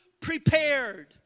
prepared